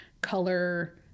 color